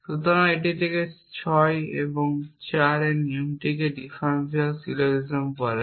সুতরাং এটি থেকে 6 এবং 4 এবং নিয়মকে ডিফারেনশিয়াল সিলোজিজম বলে